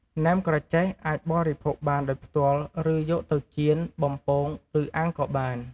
ណែមក្រចេះអាចបរិភោគបានដោយផ្ទាល់ឬយកទៅចៀន បំពង ឬអាំងក៏បាន។